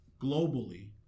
globally